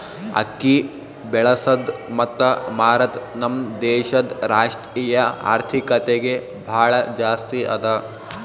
ಅಕ್ಕಿ ಬೆಳಸದ್ ಮತ್ತ ಮಾರದ್ ನಮ್ ದೇಶದ್ ರಾಷ್ಟ್ರೀಯ ಆರ್ಥಿಕತೆಗೆ ಭಾಳ ಜಾಸ್ತಿ ಅದಾ